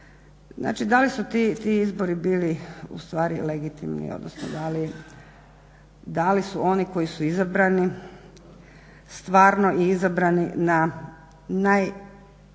znači da li su ti izbori bili legitimni odnosno da li su oni koji su izabrani stvarno izabrani na najkorektniji